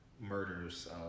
murders